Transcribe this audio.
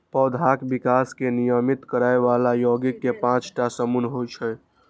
पौधाक विकास कें नियमित करै बला यौगिक के पांच टा समूह होइ छै